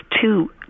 two